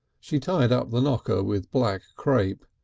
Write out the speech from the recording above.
she tied up the knocker with black crape,